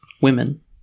women